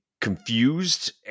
confused